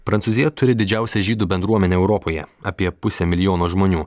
prancūzija turi didžiausią žydų bendruomenę europoje apie pusę milijono žmonių